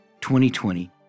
2020